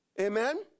amen